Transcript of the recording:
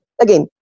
Again